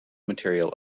material